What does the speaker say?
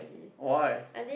why